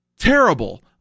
terrible